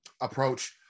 approach